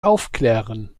aufklären